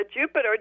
Jupiter